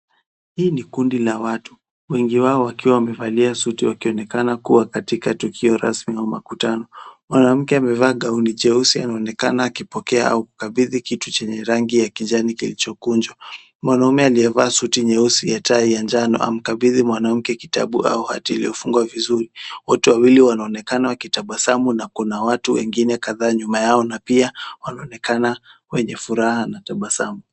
Hii ni kundi la watu wengi wao wakiwa wamevalia suti wakionekana kua katika tokeo rasmi ya makutano. mwanamke amevalia gauni cheusi anaonekana akipokea au kukabidhi kitu chenye kijani kilickokunjwa. mwanaume Alie valia suti nyeusi na tai ya njano amukabidhi mwanamke kitabu au hatimiliki iliofungwa vizuri. hatimaye watu wawili wanaonekana wakitabazamu na kuna watu wengine kadhaa nyuma yao na pia wanaonekana wenye furaha na tabasamu.